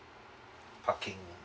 parking